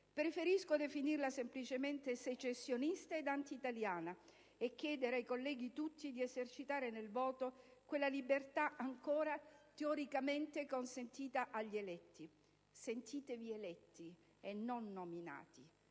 Preferisco, però, definirla semplicemente secessionista e antiitaliana e chiedere ai colleghi tutti di esercitare nel voto quella libertà ancora teoricamente consentita agli eletti. Sentitevi eletti e non nominati: